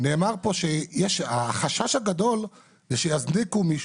נאמר פה שהחשש הגדול זה שיזניקו מישהו,